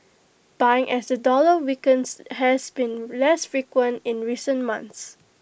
buying as the dollar weakens has been less frequent in recent months